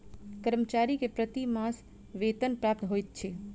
कर्मचारी के प्रति मास वेतन प्राप्त होइत अछि